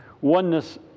oneness